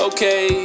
Okay